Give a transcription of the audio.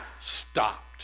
stopped